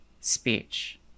speech